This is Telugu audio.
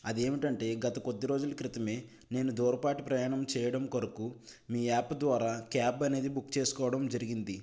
అదేమిటంటే గత కొద్దిరోజుల క్రితమే నేను దూరపాటి ప్రయాణం చేయడం కొరకు మీ యాప్ ద్వారా క్యాబ్ అనేది బుక్ చేసుకోవడం జరిగింది